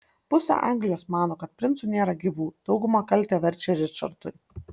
pusė anglijos mano kad princų nėra gyvų dauguma kaltę verčia ričardui